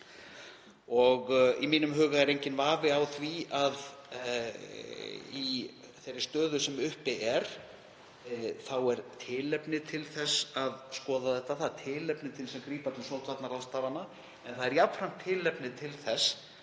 Í mínum huga er enginn vafi á því að í þeirri stöðu sem uppi er er tilefni til þess að skoða þetta. Það er tilefni til þess að grípa til sóttvarnaráðstafana en það er jafnframt tilefni til þess